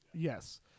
Yes